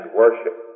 worship